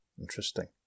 Interesting